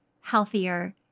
healthier